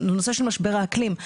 לנושא של משבר האקלים.